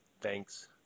Thanks